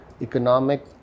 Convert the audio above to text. economic